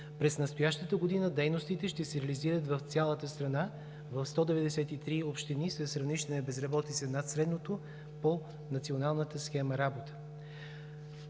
През настоящата година дейностите ще се реализират в цялата страна, в 193 общини с равнище на безработица над средното по Националната схема „Работа“.